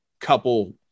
couple